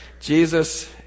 Jesus